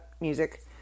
music